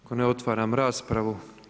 Ako ne, otvaram raspravu.